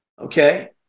Okay